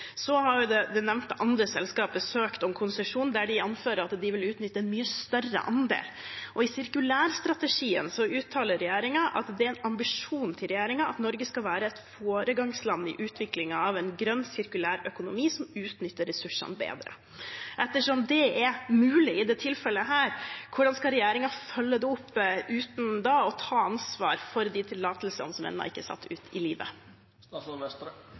Så har det nevnte andre selskapet søkt om konsesjon der de anfører at de vil utnytte en mye større andel. I sirkulærstrategien uttaler regjeringen at det er en ambisjon for regjeringen at Norge skal være et foregangsland i utviklingen av en grønn sirkulærøkonomi som utnytter ressursene bedre. Ettersom det er mulig i dette tilfellet, hvordan skal regjeringen følge det opp uten da å ta ansvar for de tillatelsene som ennå ikke er satt ut i livet?